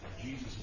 Jesus